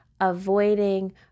Avoiding